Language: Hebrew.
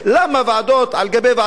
למה ועדות על גבי ועדות?